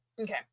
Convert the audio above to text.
okay